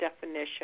definition